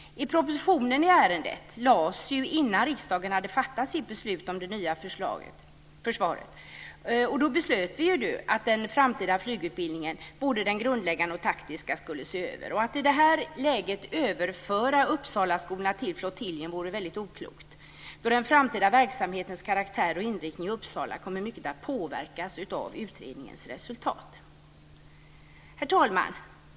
Propositionen i ärendet lades ju innan riksdagen hade fattat beslut om det nya försvaret. Då beslöt vi att den framtida flygutbildningen, både den grundläggande och den taktiska, skulle ses över. Att i det här läget överföra Uppsalaskolorna till flottiljen vore väldigt oklokt då den framtida verksamhetens karaktär och inriktning i Uppsala mycket kommer att påverkas av utredningens resultat. Herr talman!